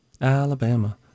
Alabama